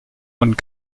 und